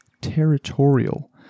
territorial